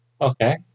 Okay